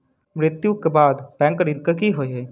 मृत्यु कऽ बाद बैंक ऋण कऽ की होइ है?